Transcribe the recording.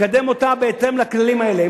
לקדם אותה בהתאם לכללים האלה.